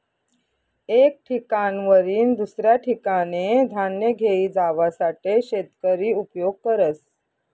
एक ठिकाणवरीन दुसऱ्या ठिकाने धान्य घेई जावासाठे शेतकरी उपयोग करस